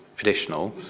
additional